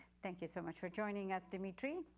thank you so much for joining us, dimitri.